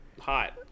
hot